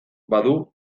badu